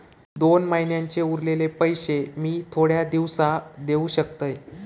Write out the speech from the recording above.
दोन महिन्यांचे उरलेले पैशे मी थोड्या दिवसा देव शकतय?